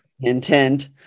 intent